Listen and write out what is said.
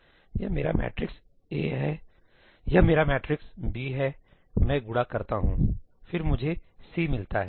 यह मेरा matrix A है यह मेरा मैट्रिक्स B है मैं गुणा करता हूं फिर मुझे C मिलता है